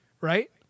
right